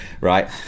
Right